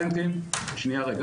כלל,